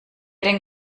den